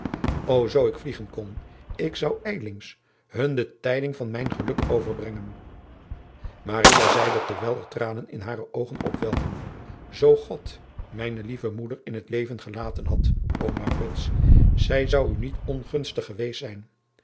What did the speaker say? o zoo ik vliegen kon ik zou ijlings hun de tijding van mijn geluk overbrengen zeide terwijl er tranen in hare oogen opwelden oo od mijne lieve moeder in het leven gelaten had o driaan oosjes zn et leven van aurits ijnslager zij zou u niet ongunstig geweest zijn